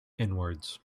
inwards